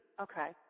Okay